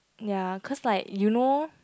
ya cause like you know